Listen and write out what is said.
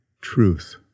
truth